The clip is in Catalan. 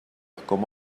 com